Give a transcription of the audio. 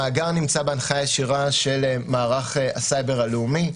המאגר נמצא בהנחיה ישירה של מערך הסייבר הלאומי,